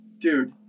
Dude